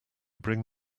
bring